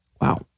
Wow